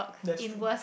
that's true